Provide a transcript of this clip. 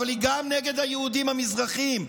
אבל היא גם נגד היהודים המזרחים,